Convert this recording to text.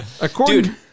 According